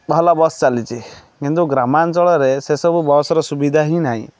ଭଲ ବସ୍ ଚାଲିଛି କିନ୍ତୁ ଗ୍ରାମାଞ୍ଚଳରେ ସେ ସବୁ ବସ୍ର ସୁବିଧା ହିଁ ନାହିଁ